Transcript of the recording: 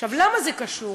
עכשיו, למה זה קשור?